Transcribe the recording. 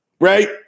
right